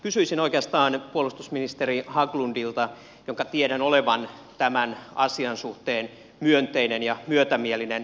kysyisin oikeastaan puolustusministeri haglundilta jonka tiedän olevan tämän asian suhteen myönteinen ja myötämielinen